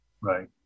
Right